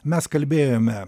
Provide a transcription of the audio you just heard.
mes kalbėjome